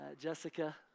Jessica